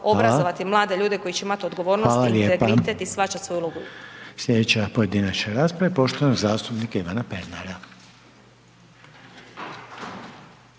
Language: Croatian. obrazovati mlade ljude koji će imati odgovornost, integritet i shvaćati svoju ulogu.